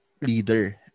leader